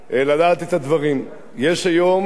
לדעת את הדברים: יש היום יותר